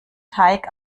teig